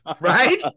right